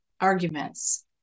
arguments